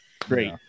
Great